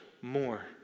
more